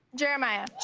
jerimiyah.